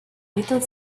little